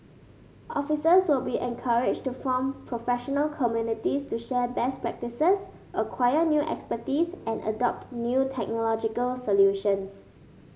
officers will be encouraged to form professional communities to share best practices acquire new expertise and adopt new technological solutions